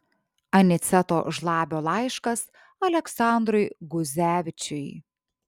aniceto žlabio laiškas aleksandrui guzevičiui